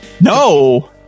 no